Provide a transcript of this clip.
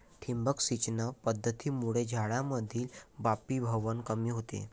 ठिबक सिंचन पद्धतीमुळे झाडांमधील बाष्पीभवन कमी होते